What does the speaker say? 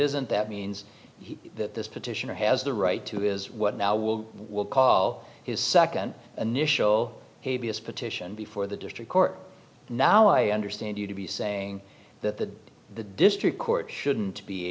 isn't that means that this petitioner has the right to is what now will will call his second initial a b s petition before the district court now i understand you to be saying that the district court shouldn't be